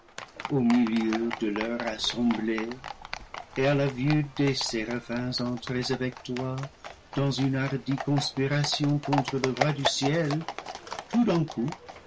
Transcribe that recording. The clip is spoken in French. paradis perdu de leur assemblée et à la vue de séraphins entrés avec toi dans une hardie conspiration contre le roi du ciel tout d'un coup